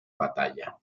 batalla